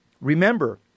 remember